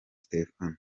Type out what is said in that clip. stephen